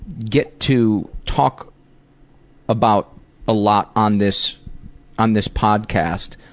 get to talk about a lot on this on this podcast,